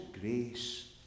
grace